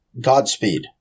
Godspeed